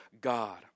God